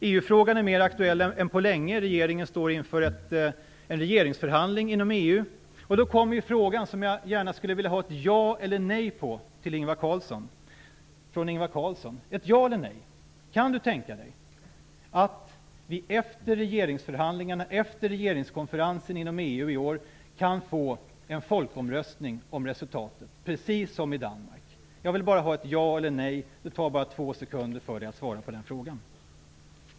EU-frågan är mer aktuell än på länge. Regeringen står inför en regeringsförhandling inom EU. Jag har en fråga som jag gärna skulle vilja ha ett svar på, ja eller nej, från Ingvar Carlsson. Kan Ingvar Carlsson tänka sig att vi efter EU:s regeringskonferens i år kan få en folkomröstning om resultatet, precis som i Danmark? Jag vill bara ha ett ja eller ett nej. Det tar bara två sekunder att svara på den frågan.